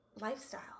Lifestyle